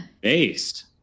Based